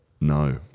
No